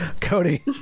Cody